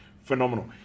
phenomenal